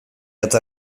eta